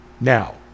Now